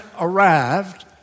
arrived